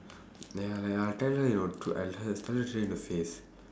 ya lah ya I'll tell her your tr~ I'll tell her straight in the face